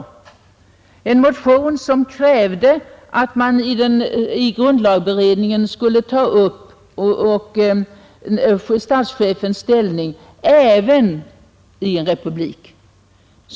I den motionen krävdes, att grundlagberedningen skulle ta upp frågan om statschefens ställning även i en republik.